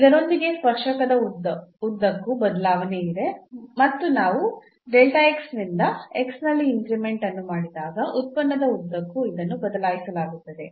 ಇದರೊಂದಿಗೆ ಸ್ಪರ್ಶಕದ ಉದ್ದಕ್ಕೂ ಬದಲಾವಣೆ ಇದೆ ಮತ್ತು ನಾವು ನಿಂದ ನಲ್ಲಿ ಇನ್ಕ್ರಿಮೆಂಟ್ ಅನ್ನು ಮಾಡಿದಾಗ ಉತ್ಪನ್ನದ ಉದ್ದಕ್ಕೂ ಇದನ್ನು ಬದಲಾಯಿಸಲಾಗುತ್ತದೆ